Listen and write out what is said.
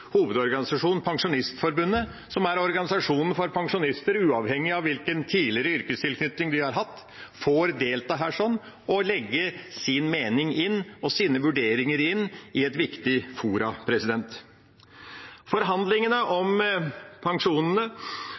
hovedorganisasjon, Pensjonistforbundet, som er organisasjonen for pensjonister uavhengig av hvilken tidligere yrkestilknytning de har hatt, får delta her og legge sin mening og sine vurderinger inn i et viktig forum. Forhandlingene om